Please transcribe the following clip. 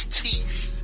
teeth